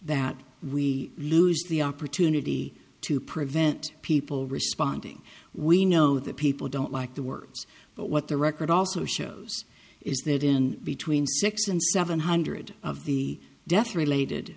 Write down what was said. that we lose the opportunity to prevent people responding we know the people don't like the words but what the record also shows is that in between six and seven hundred of the deaths related